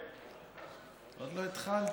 עוד לא התחלתי.